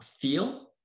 feel